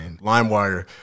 LimeWire